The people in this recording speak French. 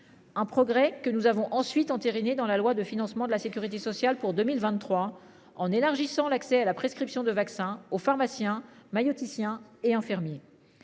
Un progrès que nous avons ensuite entériné dans la loi de financement de la Sécurité sociale pour 2023. En élargissant l'accès à la prescription de vaccins au pharmacien maïeuticien et infirmiers.